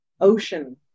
ocean